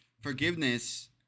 forgiveness